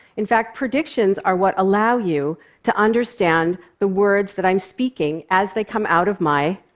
in fact, predictions are what allow you to understand the words that i'm speaking as they come out of my